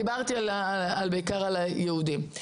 דיברתי בעיקר על היהודים.